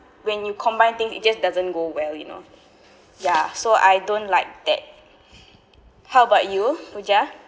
when you combine thing it just doesn't go well you know ya so I don't like that how about you pooja